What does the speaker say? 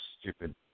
stupid